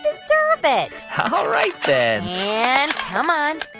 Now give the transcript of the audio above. deserve it all right, then and come on.